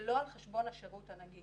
שלא על חשבון השירות הנגיש.